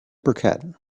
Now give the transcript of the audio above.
burkett